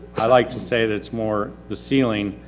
i like to say that it's more the ceiling.